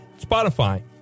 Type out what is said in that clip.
Spotify